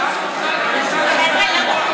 רק מוסד להשכלה גבוהה.